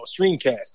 streamcast